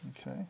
Okay